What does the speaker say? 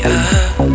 up